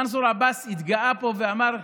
מנסור עבאס התגאה פה ואמר: